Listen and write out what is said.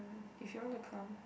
if you want to come